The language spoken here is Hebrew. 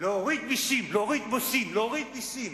להוריד מסים, להוריד מסים, להוריד מסים.